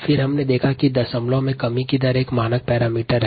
फिर हमने देखा कि एक डेसीमल रिडक्शन दर एक मानक मापदंड है